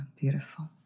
beautiful